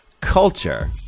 culture